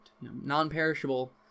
non-perishable